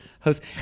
host